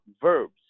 verbs